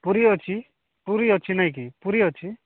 ପୁରୀ ଅଛି ପୁରୀ ଅଛି ନାହିଁ କିି ପୁରୀ ଅଛି